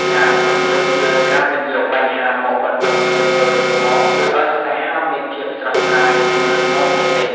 ការរំពឹងទុកលើ "ការមិនយកបញ្ហាមកបន្ទោសគ្នាទៅវិញទៅមក" ជួយឱ្យស្នេហាមានភាពស្រស់ស្រាយ និងរឹងមាំជានិច្ច។